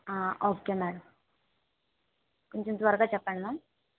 okay madam కొంచెం త్వరగా చెప్పండి మ్యామ్